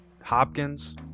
Hopkins